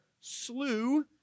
slew